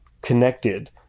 connected